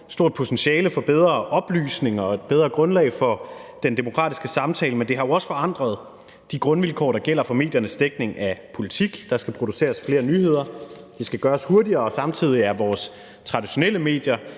stort potentiale for bedre oplysning og et bedre grundlag for den demokratiske samtale, men det har jo også forandret de grundvilkår, der gælder for mediernes dækning af politik – der skal produceres flere nyheder, det skal gøres hurtigere, og samtidig er vores traditionelle medier